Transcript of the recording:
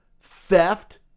theft